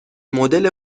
مدل